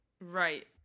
Right